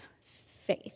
faith